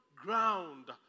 ground